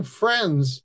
friends